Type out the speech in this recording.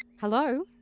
Hello